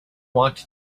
walked